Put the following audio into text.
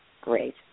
great